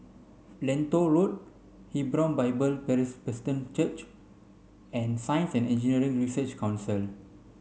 Lentor Road Hebron Bible Presbyterian Church and Science and Engineering Research Council